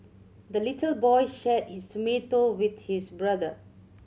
the little boy shared his tomato with his brother